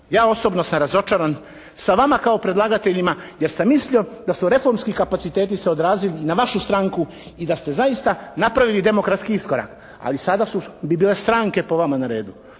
Ja osobno sam razočaran sa vama kao predlagateljima jer sam mislio da su reformski kapacitet se odrazili na našu stranku i da ste zaista napravili demokratski iskorak. Ali sada bi bile stranke po vama na redu.